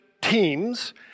teams